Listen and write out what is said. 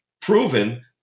proven